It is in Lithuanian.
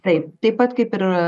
taip taip pat kaip ir